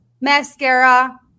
mascara